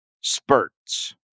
spurts